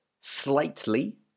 slightly